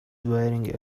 wearing